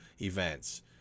events